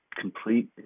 complete